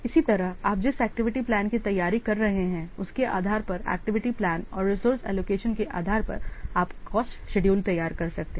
इसी तरह आप जिस एक्टिविटी प्लान की तैयारी कर रहे हैं उसके आधार पर एक्टिविटी प्लान और रिसोर्स एलोकेशन के आधार पर आप कॉस्ट शेड्यूल तैयार कर रहे हैं